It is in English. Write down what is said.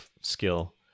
skill